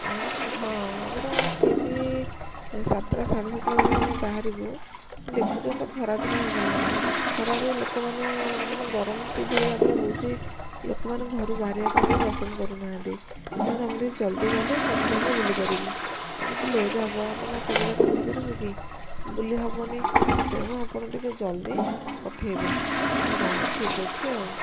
ହଁ ଆମର ଠିକି ସାତଟା ସାଢ଼େ ସାତଟା ବେଳକୁ ଆମେ ବାହାରିବୁ ଦେଖୁଛନ୍ତି ତ ଖରାଦିନ ହେଇଗଲାଣି ଖରାରେ ଲୋକମାନେ ମାନେ ଗରମ କିଭଳି ଭାବରେ ହେଉଛି ଲୋକମାନେ ଘରୁ ବାହାରିବା ପାଇଁ ବି ମଧ୍ୟ ପସନ୍ଦ କରୁନାହାଁନ୍ତି ତେଣୁ ଆମେ ଟିକେ ଜଲଦି ଗଲେ ସବୁ ଜାଗା ବୁଲିପାରିବୁ ଆଉ ଯଦି ଲେଟ୍ ହେବ ଆମେ କ'ଣ ସବୁ ଜାଗା ବୁଲିପାରିବୁ କି ବୁଲି ହେବନି ତେଣୁ ଆପଣ ଟିକେ ଜଲଦି ପଠାଇବେ ହଁ ଠିକ୍ ଅଛି ଆଉ